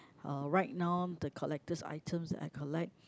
uh right now the collector's items that I collect